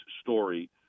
story